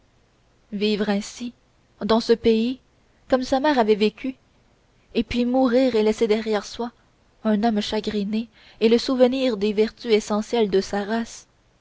vivre ainsi dans ce pays comme sa mère avait vécu et puis mourir et laisser derrière soi un homme chagriné et le souvenir des vertus essentielles de sa race